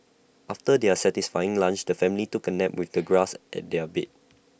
after their satisfying lunch the family took A nap with the grass at their bed